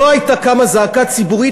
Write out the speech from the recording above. לא הייתה קמה זעקה ציבורית.